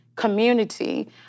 community